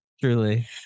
Truly